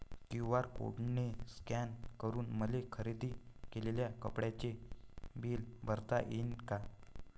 QR code scan करून मले खरेदी केलेल्या कापडाचे बिल भरता यीन का?